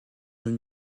jean